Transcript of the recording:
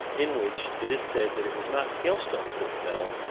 in which it is said that it was not hailstones that fell,